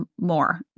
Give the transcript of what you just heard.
more